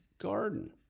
garden